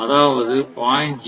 அதாவது 0